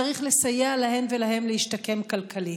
צריך לסייע להן ולהם להשתקם כלכלית.